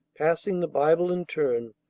passing the bible in turn,